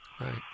right